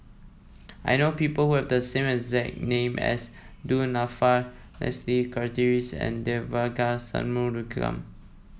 I know people who have the name as Du Nanfa Leslie Charteris and Devagi Sanmugam